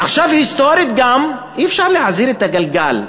עכשיו, גם היסטורית אי-אפשר להזיז את הגלגל.